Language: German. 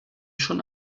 schon